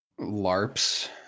LARPs